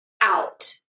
out